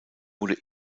wurde